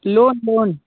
loan loan